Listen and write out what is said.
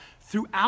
throughout